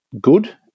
good